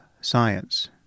science